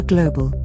Global